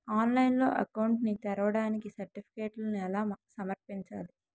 ఆన్లైన్లో అకౌంట్ ని తెరవడానికి సర్టిఫికెట్లను ఎలా సమర్పించాలి?